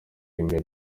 imbere